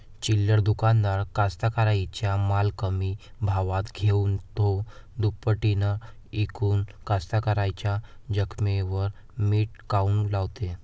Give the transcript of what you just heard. चिल्लर दुकानदार कास्तकाराइच्या माल कमी भावात घेऊन थो दुपटीनं इकून कास्तकाराइच्या जखमेवर मीठ काऊन लावते?